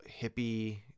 hippie